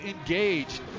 engaged